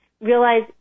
realize